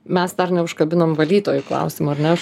mes dar neužkabinom valytojų klausimo ar ne